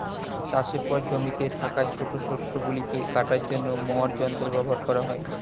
চাষের পর জমিতে থাকা ছোট শস্য গুলিকে কাটার জন্য মোয়ার যন্ত্র ব্যবহার করা হয়